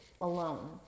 alone